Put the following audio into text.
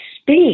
speak